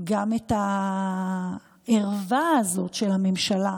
גם את הערווה הזאת של הממשלה,